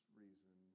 reason